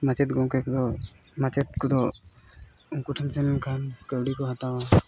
ᱢᱟᱪᱮᱫ ᱜᱚᱢᱠᱮ ᱠᱚ ᱠᱚ ᱢᱟᱪᱮᱫ ᱠᱚᱫᱚ ᱩᱱᱠᱩ ᱴᱷᱮᱱ ᱥᱮᱱ ᱞᱮᱱᱠᱷᱟᱱ ᱠᱟᱹᱣᱰᱤ ᱠᱚ ᱦᱟᱛᱟᱣᱟ